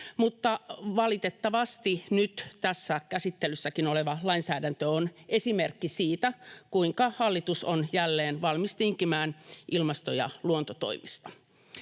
valitettavasti nyt tässä käsittelyssäkin oleva lainsäädäntö on esimerkki siitä, kuinka hallitus on jälleen valmis tinkimään ilmasto- ja luontotoimista.